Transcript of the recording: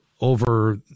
over